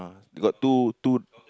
got two two